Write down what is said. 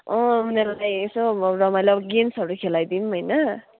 अँ उनीहरूलाई यसो रमाइलो गेम्स्हरू खेलाइदिउँ होइन